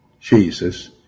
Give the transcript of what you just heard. Jesus